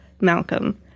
Malcolm